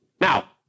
now